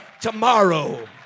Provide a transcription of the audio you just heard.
tomorrow